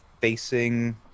facing